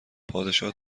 پادشاه